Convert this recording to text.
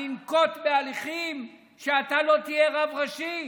אני אנקוט הליכים שאתה לא תהיה רב ראשי,